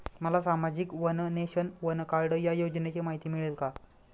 मला सामाजिक one nation, one card या योजनेची माहिती मिळेल का?